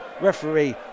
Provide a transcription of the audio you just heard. Referee